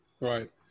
Right